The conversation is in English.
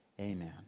Amen